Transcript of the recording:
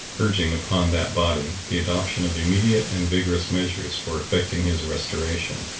urging upon that body the adoption of immediate and vigorous measures for effecting his restoration,